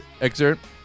excerpt